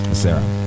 sarah